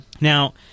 Now